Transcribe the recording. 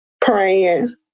praying